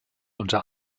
unter